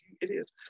idiot